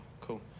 Cool